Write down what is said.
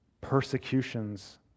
persecutions